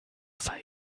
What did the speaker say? sei